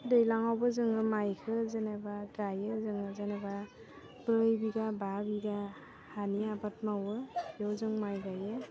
दैलाङावबो जोङो मायखो जेनेबा गायो जोङो जेनेबा ब्रै बिघा बा बिघा हानि आबाद मावो बेयाव जों माय गायो